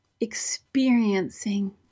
experiencing